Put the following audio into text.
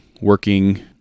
working